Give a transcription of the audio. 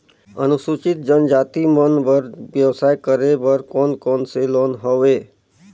अनुसूचित जनजाति मन बर व्यवसाय करे बर कौन कौन से लोन हवे?